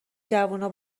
جوونا